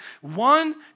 One